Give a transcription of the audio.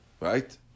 Right